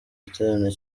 igiterane